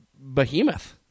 behemoth